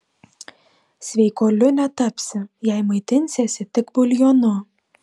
sveikuoliu netapsi jei maitinsiesi tik buljonu